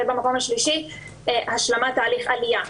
במקום השלישי השלמת תהליך עלייה.